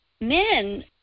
Men